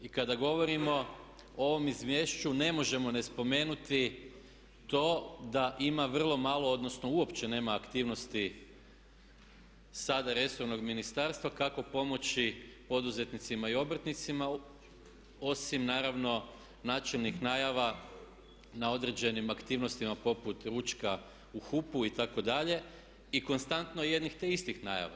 I kada govorimo o ovom izvješću ne možemo ne spomenuti to da ima vrlo malo, odnosno uopće nema aktivnosti sada resornog ministarstva kako pomoći poduzetnicima i obrtnicima osim naravno načelnih najava na određenim aktivnostima poput ručka u HUP-u itd. i konstantno jedno te istih najava.